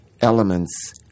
elements